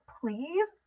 please